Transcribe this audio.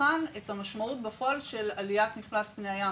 שתבחן את המשמעות בפועל של עליית מפלס פני הים.